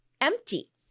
empty